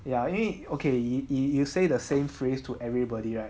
ya I mean okay you you say the same phrase to everybody right